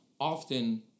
often